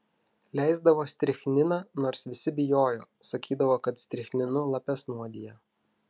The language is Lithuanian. leisdavo strichniną nors visi bijojo sakydavo kad strichninu lapes nuodija